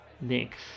next